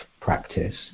practice